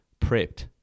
prepped